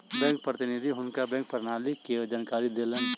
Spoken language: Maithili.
बैंक प्रतिनिधि हुनका बैंक प्रणाली के जानकारी देलैन